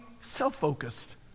self-focused